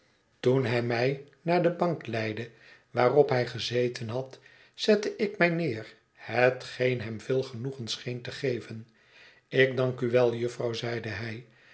toen hij mij naar de bank leidde waarop hij gezeten had zette ik mij neer hetgeen hem veel genoegen scheen te geven ik dank u wel jufvrouw zeide hij